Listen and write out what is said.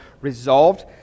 Resolved